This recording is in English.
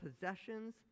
possessions